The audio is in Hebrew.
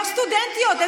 לא סטודנטיות,